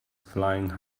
flying